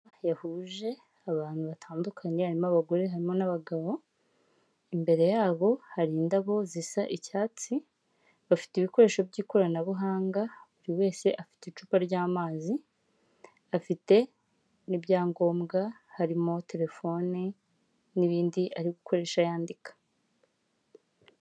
Yahuje abantu batandukanye harimo: abagore harimo n'abagabo, imbere yabo hari indabo zisa icyatsi bafite ibikoresho by'ikoranabuhanga buri wese afite icupa ry'amazi, afite n'ibyangombwa harimo telefone n'ibindi ari gukoresha yandika.